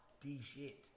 D-shit